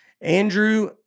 Andrew